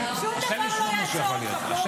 שום דבר לא יעצור אותך, פרוש.